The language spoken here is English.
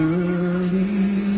early